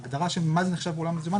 ההגדרה של מה זה נחשב פעולה במזומן,